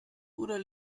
oder